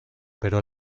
pero